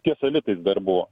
tiesa litais dar buvo